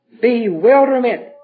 bewilderment